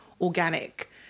organic